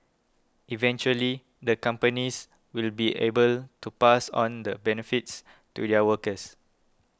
eventually the companies will be able to pass on the benefits to their workers